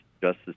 Justice